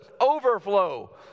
overflow